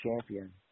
Champion